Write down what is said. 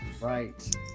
right